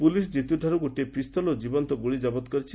police ଜିତୁଠାରୁ ଗୋଟିଏ ପିସ୍ତଲ ଏବଂ ଜୀବନ୍ତ ଗୁଳି ଜବତ କରିଛି